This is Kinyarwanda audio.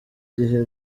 gihe